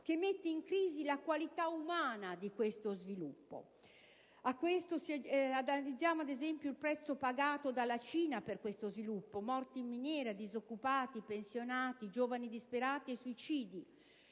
che mette in crisi la qualità umana di tale sviluppo. Analizziamo, ad esempio, il prezzo pagato dalla Cina per lo sviluppo: morti in miniera, disoccupati, pensionati, giovani disperati e suicidi.